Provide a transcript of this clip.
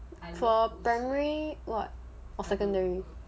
for primary what or secondary